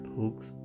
hooks